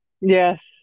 Yes